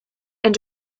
and